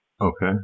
Okay